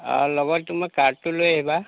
লগত তোমাক কাৰ্ডটো লৈ আহিবা